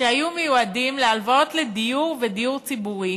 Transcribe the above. שהיו מיועדים להלוואות לדיור ולדיור ציבורי